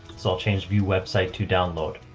so i'll change view website to download.